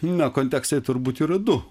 na kontekstai turbūt yra du